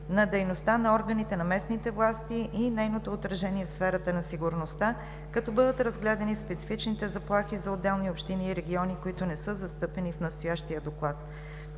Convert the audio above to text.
на дейността на органите на местните власти и нейното отражение в сферата на сигурността, като бъдат разгледани специфичните заплахи за отделни общини и региони, които не са застъпени в настоящия доклад.